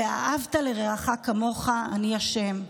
ואהבת לרעך כמוך אני השם".